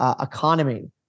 Economy